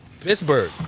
Pittsburgh